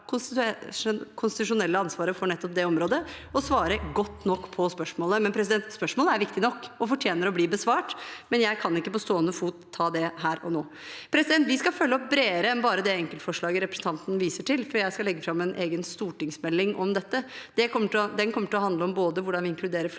konstitusjonelle ansvaret for nettopp det området, å svare godt nok på spørsmålet. Spørsmålet er viktig nok og fortjener å bli besvart, men jeg kan ikke på stående fot ta det her og nå. Vi skal følge opp bredere enn bare det enkeltforslaget representanten viser til, for jeg skal legge fram en egen stortingsmelding om dette. Den kommer til å handle om både hvordan vi inkluderer flere